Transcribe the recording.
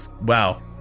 Wow